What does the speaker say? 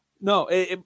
No